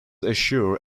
assure